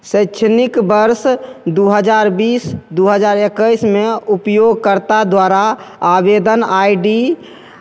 शैक्षणिक बर्ष दू हजार बीस दू हजार एक्कैस मे उपयोगकर्ता द्वारा आवेदन आई डी